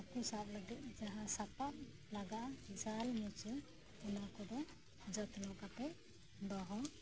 ᱦᱟᱠᱩ ᱥᱟᱵ ᱞᱟᱹᱜᱤᱫ ᱡᱟᱦᱟᱸ ᱥᱟᱯᱟᱵ ᱞᱟᱜᱟᱜᱼᱟ ᱡᱟᱞ ᱥᱮ ᱢᱩᱪᱩ ᱚᱱᱟᱠᱚᱫᱚ ᱡᱚᱛᱱᱚ ᱠᱟᱛᱮᱜ ᱫᱚᱦᱚ